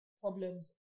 problems